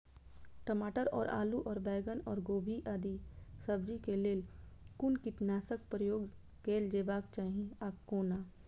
टमाटर और आलू और बैंगन और गोभी आदि सब्जी केय लेल कुन कीटनाशक प्रयोग कैल जेबाक चाहि आ कोना?